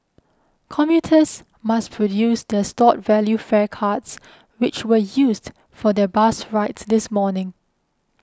commuters must produce their stored value fare cards which were used for their bus rides this morning